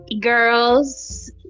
Girls